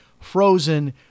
frozen